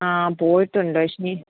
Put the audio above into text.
ആ പോയിട്ടുണ്ട് പക്ഷേ എങ്കിൽ